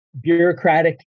bureaucratic